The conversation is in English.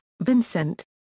Vincent